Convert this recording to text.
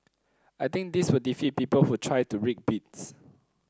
I think this will defeat people who try to rig bids